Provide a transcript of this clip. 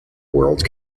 world